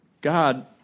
God